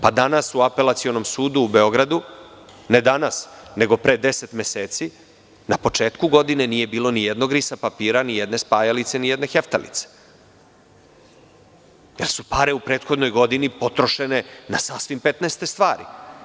Danas u Apelacionom sudu u Beogradu, ne danas nego pre 10 meseci, na početku godine nije bilo nijednog risa papira, nijedne spajalice, nijedne heftalice, jer su pare u prethodnoj godini potrošene na sasvim petnaeste stvari.